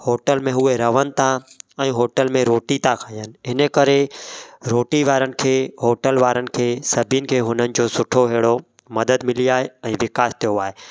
hotel में उहे रहनि था ऐं होटल में रोटी था खाइनि इन करे रोटी वारनि खे होटल वारनि खे सभिनि खे हुननि जो सुठो अहिड़ो मदद मिली आहे ऐं विकास थियो आहे